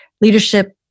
leadership